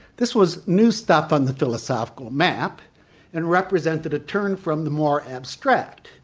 this was new stuff on the philosophical map and represented a turn from the more abstract,